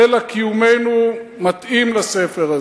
"סלע קיומנו" מתאים לספר הזה.